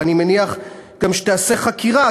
ואני מניח גם שתיעשה חקירה,